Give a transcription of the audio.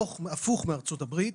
הפוך מארצות הברית,